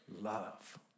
love